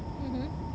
mmhmm